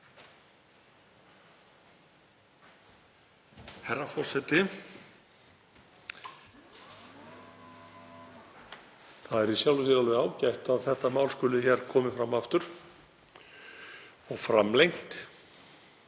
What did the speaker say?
Herra forseti. Það er í sjálfu sér alveg ágætt að þetta mál skuli vera komið fram aftur og framlengt.